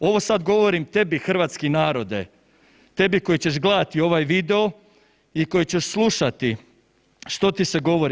Ovo sad govorim tebi hrvatski narode, tebi koji ćeš gledati ovaj video i koji ćeš slušati što ti se govori.